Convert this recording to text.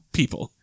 people